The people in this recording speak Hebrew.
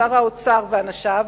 שר האוצר ואנשיו,